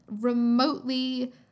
remotely